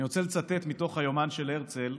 אני רוצה לצטט מתוך היומן של הרצל,